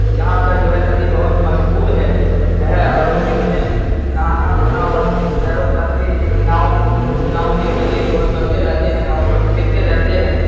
یہاں کا جو ہے ندی بہت مشہور ہے ہے اور لوگ اس میں نہانا دھونا اور شیر و تفریح ناؤ ناؤ کے ذریعے جو ہے کرتے رہتے ہیں ناؤ پر کھیلتے رہتے ہیں